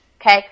Okay